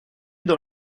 dans